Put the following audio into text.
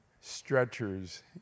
stretchers